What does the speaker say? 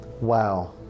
Wow